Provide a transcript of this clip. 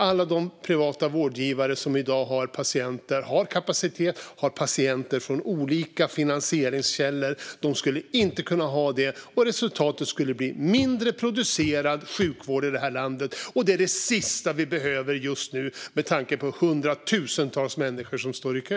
Alla de privata vårdgivare som i dag har kapacitet har patienter från olika finansieringskällor. De skulle inte kunna ha det, och resultatet skulle bli mindre producerad sjukvård i landet. Det är det sista vi behöver just nu med tanke på att hundratusentals människor står i kö.